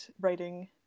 writing